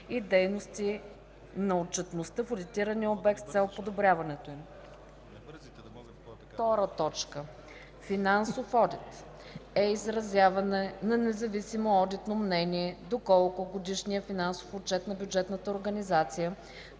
и дейности и на отчетността в одитирания обект с цел подобряването им. 2. „Финансов одит” е изразяване на независимо одитно мнение доколко годишният финансов отчет на бюджетната организация